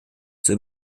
zur